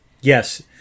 Yes